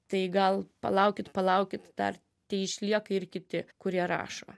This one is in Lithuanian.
tai gal palaukit palaukit dar teišlieka ir kiti kurie rašo